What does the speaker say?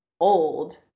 old